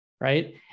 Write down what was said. right